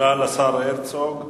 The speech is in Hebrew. תודה לשר הרצוג.